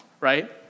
Right